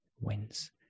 wins